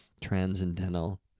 Transcendental